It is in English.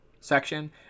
section